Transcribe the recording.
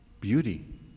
Beauty